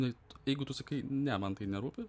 net jeigu tu sakai ne man tai nerūpi